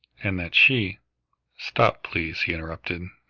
and that she stop, please, he interrupted.